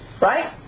Right